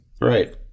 right